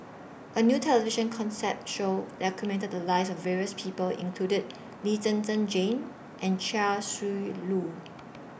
A New television Consent Show documented The Lives of various People included Lee Zhen Zhen Jane and Chia Shi Lu